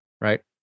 right